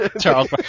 Charles